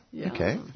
Okay